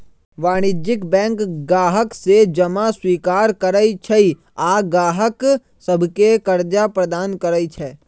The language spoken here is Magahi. वाणिज्यिक बैंक गाहक से जमा स्वीकार करइ छइ आऽ गाहक सभके करजा प्रदान करइ छै